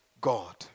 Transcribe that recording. God